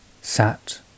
Sat